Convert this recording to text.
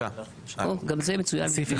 הצבעה בעד 5 נגד 8 נמנעים אין לא אושר.